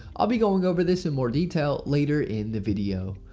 i'll be going over this in more detail, later in the video.